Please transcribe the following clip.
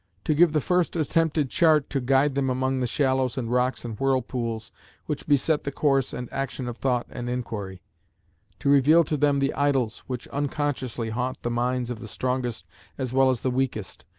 to give the first attempted chart to guide them among the shallows and rocks and whirlpools which beset the course and action of thought and inquiry to reveal to them the idols which unconsciously haunt the minds of the strongest as well as the weakest,